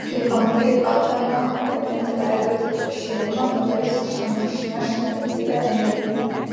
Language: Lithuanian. kaip antai patariama pakabinti veidrodį prieš įėjimą tada jis iš namų išneš negatyvią energiją